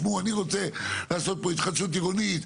שמעו אני רוצה לבוא ולעשות פה התחדשות עירונית,